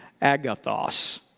agathos